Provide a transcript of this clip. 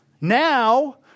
Now